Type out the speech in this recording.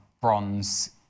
bronze